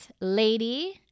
Lady